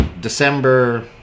December